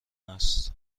است